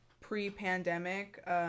pre-pandemic